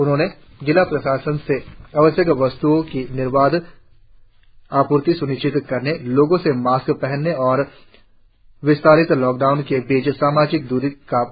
उन्होंने जिला प्रशासन से आवश्यक वस्त्ओं की निर्बाध आपूर्ति स्निश्चित करने लोगों से मास्क पहनने और विस्तारित लॉकडाउन के बीच सामाजिक द्री का पालन करने पर जोर दिया